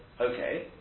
okay